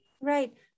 right